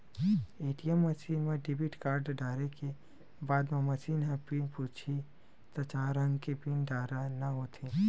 ATM machine म debit card डारे के बाद म मसीन ह पिन पूछही त चार अंक के पिन डारना होथे